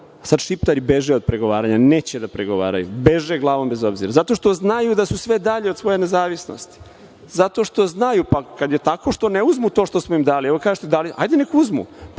Sada Šiptari beže od pregovaranja, neće da pregovaraju, beže glavom bez obzira, zato što znaju da su sve dalje od svoje nezavisnosti, zato što znaju, pa kada je tako što ne uzmu to što smo im dali? Evo, kažite, hajde, nek uzmu,